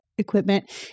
equipment